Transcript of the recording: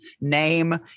name